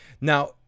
Now